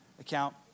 account